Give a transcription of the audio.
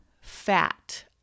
fat